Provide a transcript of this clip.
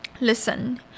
listen